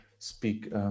Speak